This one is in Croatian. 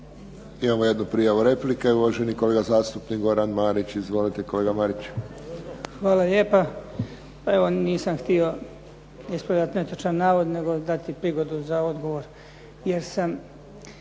Imamo jednu prijavu replike, uvaženi kolega zastupnik Goran Marić. Izvolite, kolega Marić. **Marić, Goran (HDZ)** Hvala lijepa. Pa evo, nisam htio ispravljati netočan navod nego dati prigodu za odgovor jer sam